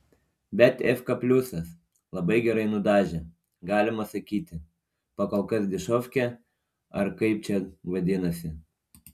bet efka pliusas labai gerai nudažė galima sakyti pakolkas dišovkė ar kaip čia vadinasi